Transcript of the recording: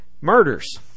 Murders